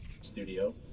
Studio